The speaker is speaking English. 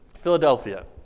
Philadelphia